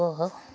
को हौ